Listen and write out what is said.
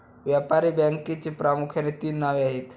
व्यापारी बँकेची प्रामुख्याने तीन नावे आहेत